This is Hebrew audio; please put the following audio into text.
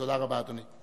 תודה רבה, אדוני.